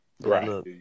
right